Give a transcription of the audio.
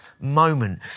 moment